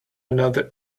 another